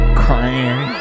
crying